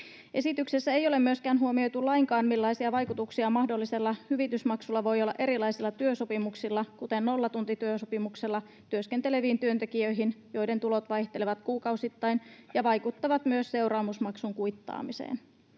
Esityksessä ei ole myöskään huomioitu lainkaan, millaisia vaikutuksia mahdollisella hyvitysmaksulla voi olla erilaisissa työsopimuksissa, kuten nollatuntityösopimuksella työskenteleviin työntekijöihin, joiden tulot vaihtelevat kuukausittain ja vaikuttavat myös seuraamusmaksun kuittaamiseen.